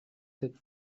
sept